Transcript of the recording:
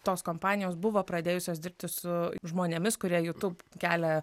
tos kompanijos buvo pradėjusios dirbti su žmonėmis kurie jutu kelią